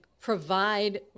provide